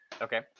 okay